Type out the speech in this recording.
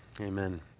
amen